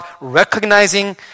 recognizing